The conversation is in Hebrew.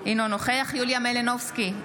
אינו נוכח יוליה מלינובסקי,